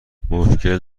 مشکلی